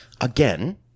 again